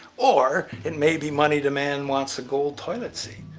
or, it may be money demand wants a gold toilet seat.